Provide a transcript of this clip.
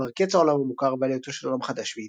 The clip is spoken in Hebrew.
כלומר קץ העולם המוכר ועלייתו של עולם חדש ואידיאלי.